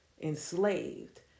enslaved